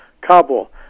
Kabul